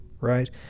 right